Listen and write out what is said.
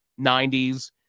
90s